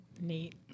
Neat